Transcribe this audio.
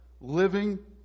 living